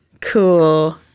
Cool